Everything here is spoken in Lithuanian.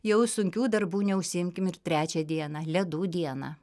jau sunkių darbų neužsiimkim ir trečią dieną ledų dieną